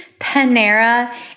Panera